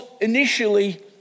initially